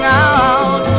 out